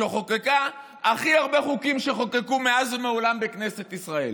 כמי שחוקקה הכי הרבה חוקים שחוקקו מאז ומעולם בכנסת ישראל,